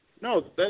no